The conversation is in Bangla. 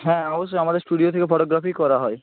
হ্যাঁ অবশ্যই আমাদের স্টুডিও থেকে ফটোগ্রাফিই করা হয়